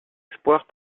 espoirs